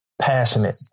passionate